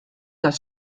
das